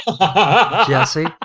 Jesse